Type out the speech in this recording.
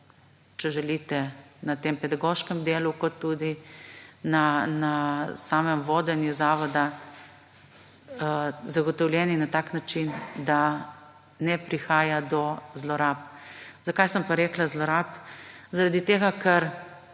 če želite, na tem pedagoškem delu kot tudi na samem vodenju zavoda zagotovljeni na tak način, da ne prihaja do zlorab. Zakaj sem pa rekla zlorab? Zaradi tega, ker